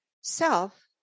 Self